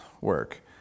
work